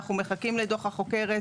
אנחנו מחכים לדו"ח החוקרת.